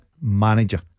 manager